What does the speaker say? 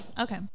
Okay